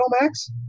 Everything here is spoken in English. Max